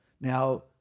Now